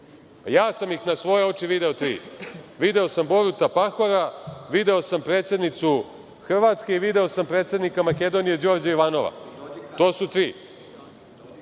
Ja sam ih na svoje oči video tri. Video sam Boruta Pahora, video sam predsednicu Hrvatske i video sam predsednika Makedonije Đorđa Ivanova. To su tri.